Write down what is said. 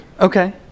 Okay